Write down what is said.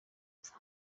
apfa